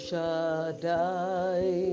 Shaddai